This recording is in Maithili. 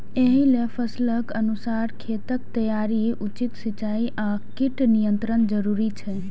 एहि लेल फसलक अनुसार खेतक तैयारी, उचित सिंचाई आ कीट नियंत्रण जरूरी छै